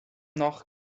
noch